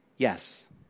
Yes